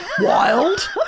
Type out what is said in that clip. wild